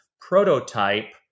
prototype